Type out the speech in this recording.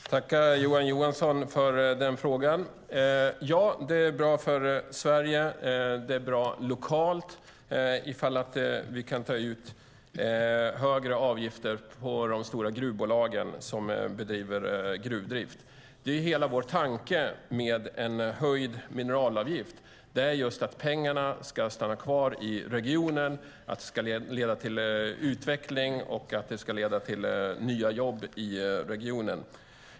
Fru talman! Jag tackar Johan Johansson för frågan. Ja, det är bra för Sverige. Det är bra lokalt ifall vi kan ta ut högre avgifter från de stora gruvbolag som bedriver gruvdrift. Hela vår tanke med en höjd mineralavgift är just att pengarna ska stanna kvar i regionen, att det ska leda till utveckling och nya jobb i regionen.